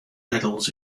medals